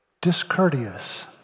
discourteous